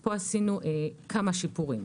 פה עשינו כמה שיפורים.